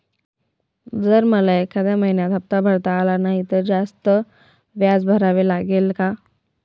जर मला एखाद्या महिन्यात हफ्ता भरता आला नाही तर जास्त व्याज भरावे लागेल का?